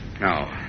No